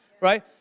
right